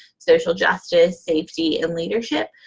social justice, safety, and leadership.